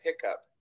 pickup